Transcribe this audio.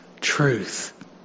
truth